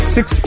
Six